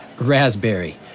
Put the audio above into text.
Raspberry